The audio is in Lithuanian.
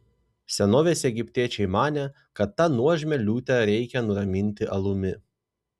senovės egiptiečiai manė kad tą nuožmią liūtę reikia nuraminti alumi